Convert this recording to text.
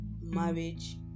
marriage